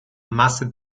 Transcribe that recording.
masse